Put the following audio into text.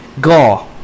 Go